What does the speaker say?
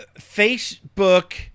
Facebook